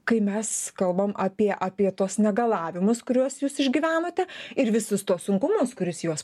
kai mes kalbam apie apie tuos negalavimus kuriuos jūs išgyvenote ir visus tuos sunkumus kuris juos